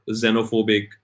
xenophobic